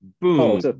boom